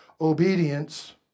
obedience